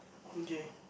okay